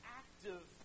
active